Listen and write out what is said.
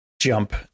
jump